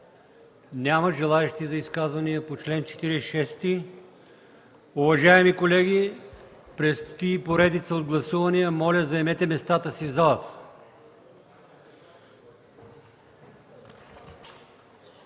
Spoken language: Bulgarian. Няма желаещи за изказвания по чл. 46. Уважаеми колеги, предстои поредица от гласувания. Моля, заемете местата си в залата.